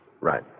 Right